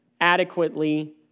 adequately